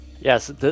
Yes